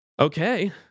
Okay